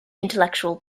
intellectual